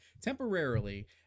temporarily